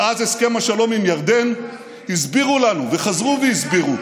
מאז הסכם השלום עם ירדן הסבירו לנו וחזרו והסבירו,